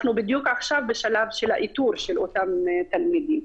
אנחנו בדיוק עכשיו בשלב האיתור של אותם ילדים.